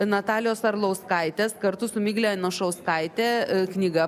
natalijos arlauskaitės kartu su migle anušauskaite knyga